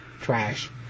Trash